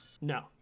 No